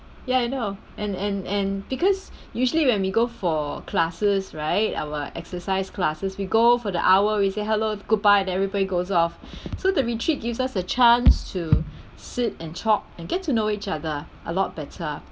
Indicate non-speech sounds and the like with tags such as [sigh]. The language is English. ya I know and and and because [breath] usually when we go for classes right our exercise classes we go for the hour we say hello goodbye then everybody goes off [breath] so the retreat gives us a chance to sit and talk and get to know each other a lot better